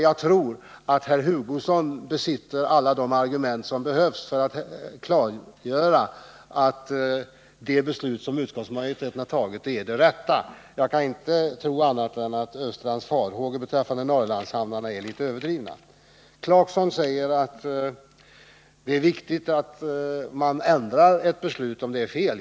Jag tror att Kurt Hugosson kan framföra alla de argument som behövs för att klargöra att det beslut som utskottsmajoriteten har fattat är det riktiga, och jag kan inte tro annat än att herr Östrands farhågor beträffande Norrlandshamnarna är överdrivna. Rolf Clarkson sade att det är viktigt att ändra på ett beslut om det är felaktigt.